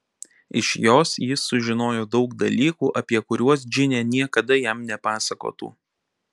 iš jos jis sužinojo daug dalykų apie kuriuos džinė niekada jam nepasakotų